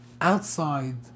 outside